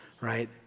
right